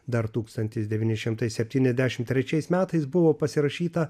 dar tūkstantis devyni šimtai septyniadešim trečiais metais buvo pasirašyta